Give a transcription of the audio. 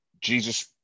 jesus